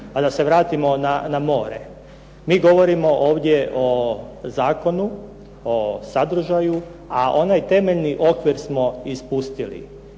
A da se vratimo na more. Mi govorimo ovdje o zakonu, o sadržaju, a onaj temeljni okvir smo ispustili.